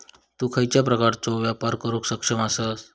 तु खयच्या प्रकारचो व्यापार करुक सक्षम आसस?